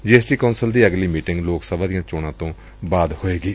ਜੀ S T council ਦੀ ਅਗਲੀ ਮੀਟਿੰਗ ਲੋਕ ਸਭਾ ਦੀਆਂ ਚੋਣਾਂ ਤੋਂ ਬਾਅਦ ਹੋਵੇਗੀ